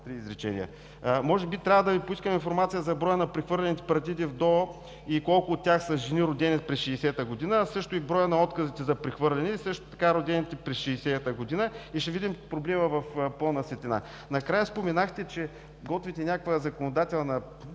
три изречения. Може би трябва да поискаме информация за броя на прехвърлените партиди в ДОО и колко от тях са жени, родени през 1960 г., а също и броят на отказите за прехвърляне, а също така родените през 1960 г., и ще видим проблема в пълна светлина. Накрая, споменахте, че готвите някаква законодателна